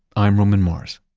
i'm roman mars